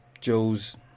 Joe's